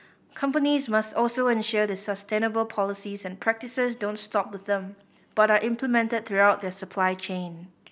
companies must also ensure the sustainable policies and practices don't stop with them but are implemented throughout their supply chain